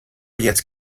jetzt